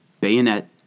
bayonet